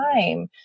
time